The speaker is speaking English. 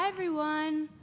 everyone